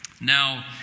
Now